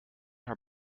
haar